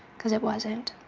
cause it wasn't.